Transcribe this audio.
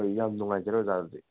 ꯍꯣꯏ ꯌꯥꯝ ꯅꯨꯡꯉꯥꯏꯖꯔꯦ ꯑꯣꯖꯥ ꯑꯗꯨꯗꯤ